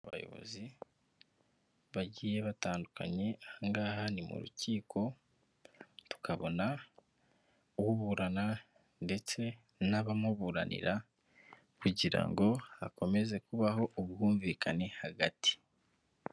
Abayobozi bagiye batandukanye aha ngaha ni mu rukiko tukabona uburana ndetse n'abamuburanira kugira ngo hakomeze kubaho ubwumvikane hagati.